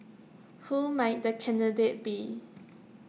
who might the candidate be